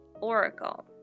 Oracle